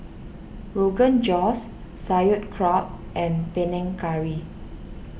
Rogan Josh Sauerkraut and Panang Curry